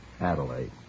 Adelaide